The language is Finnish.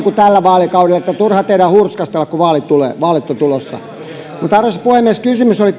kuin tällä vaalikaudella turha teidän on hurskastella kun vaalit ovat tulossa mutta arvoisa puhemies kysymys ministerille oli